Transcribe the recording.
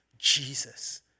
Jesus